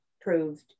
proved